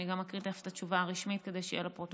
אני גם אקריא תכף את התשובה הרשמית כדי שתהיה לפרוטוקול,